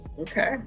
okay